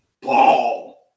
ball